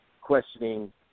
questioning